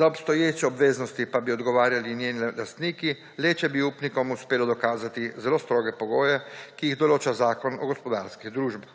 Za obstoječe obveznosti pa bi odgovarjali njeni lastniki, le če bi upnikom uspelo dokazati zelo stroge pogoje, ki jih določa Zakon o gospodarskih družbah.